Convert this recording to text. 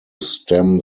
stem